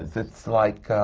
it's it's like